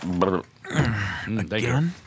Again